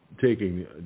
taking